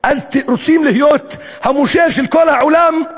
רוצים להיות המושל של כל העולם.